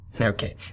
Okay